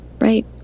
right